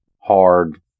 hard